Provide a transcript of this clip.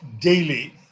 daily